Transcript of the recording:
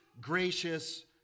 Gracious